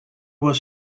was